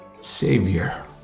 Savior